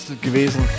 gewesen